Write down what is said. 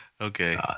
okay